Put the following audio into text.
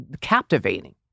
captivating